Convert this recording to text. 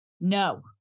No